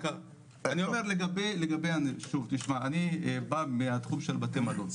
אני בא מהתחום של בתי מלון.